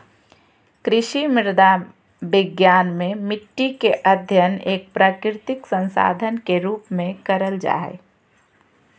कृषि मृदा विज्ञान मे मट्टी के अध्ययन एक प्राकृतिक संसाधन के रुप में करल जा हई